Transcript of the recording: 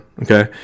Okay